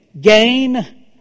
gain